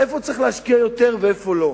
איפה צריך להשקיע יותר ואיפה לא.